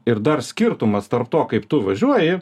ir dar skirtumas tarp to kaip tu važiuoji